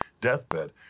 deathbed